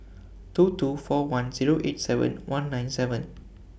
two two four one Zero eight seven one nine seven